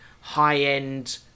high-end